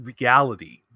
reality